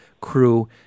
crew